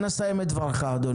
אנא סיים את דברך, אדוני.